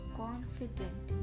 confident